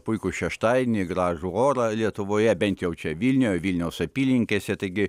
puikų šeštadienį gražų orą lietuvoje bent jau čia vilniuje vilniaus apylinkėse taigi